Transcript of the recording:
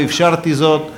ולא אפשרתי זאת,